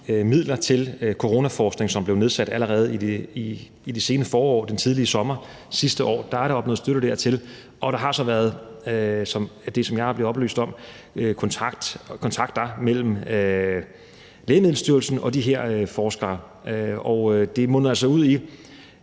midler til coronaforskning, som blev afsat allerede i det sene forår/den tidlige sommer sidste år. Der har de opnået støtte dertil, og der har så været – er det, som jeg er blevet oplyst om – kontakt mellem Lægemiddelstyrelsen og de her forskere. Efter de lavede